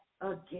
again